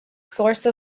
source